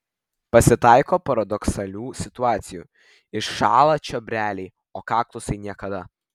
pasitaiko paradoksalių situacijų iššąla čiobreliai o kaktusai niekada